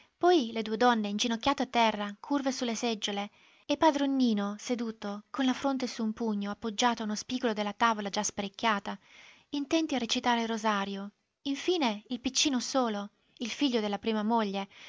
poi le due donne inginocchiate a terra curve su le seggiole e padron nino seduto con la fronte su un pugno appoggiato a uno spigolo della tavola già sparecchiata intenti a recitare il rosario in fine il piccino solo il figlio della prima moglie